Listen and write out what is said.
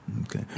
Okay